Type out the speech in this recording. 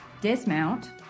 dismount